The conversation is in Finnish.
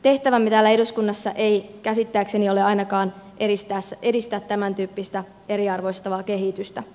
tehtävämme täällä eduskunnassa ei käsittääkseni ole ainakaan edistää tämäntyyppistä eriarvoistavaa kehitystä